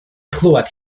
chlywed